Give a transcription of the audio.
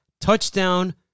touchdown